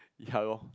yalor